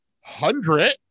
hundred